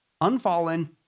unfallen